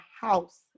house